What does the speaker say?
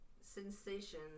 sensation